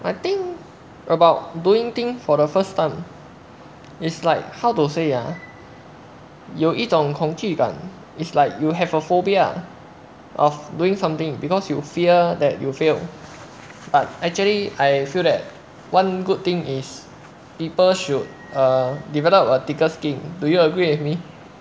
I think about doing thing for the first time it's like how to say ah 有一种恐惧感 it's like you have a phobia of doing something because you fear that you will fail but actually I feel that one good thing is people should err develop a thicker skin do you agree with me